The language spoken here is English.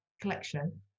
collection